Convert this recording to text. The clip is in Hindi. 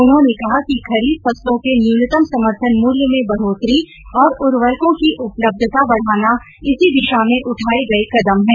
उन्होंने कहा कि खरीफ फसलों के न्यूनतम समर्थन मूल्य में बढ़ोतरी और उर्वरकों की उपलब्धता बढ़ाना इसी दिशा में उठाए गए कदम हैं